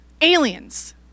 aliens